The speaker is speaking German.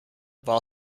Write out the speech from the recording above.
war